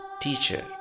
teacher